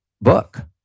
book